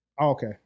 Okay